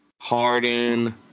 Harden